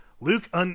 Luke